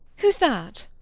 who's that?